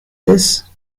this